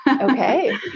Okay